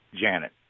Janet